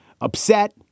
Upset